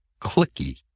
clicky